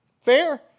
Fair